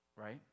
right